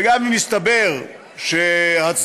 וגם אם יסתבר שהצדדים